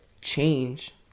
change